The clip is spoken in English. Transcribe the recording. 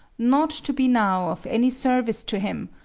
not to be now of any service to him,